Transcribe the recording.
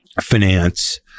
finance